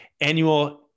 annual